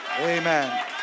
Amen